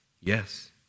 yes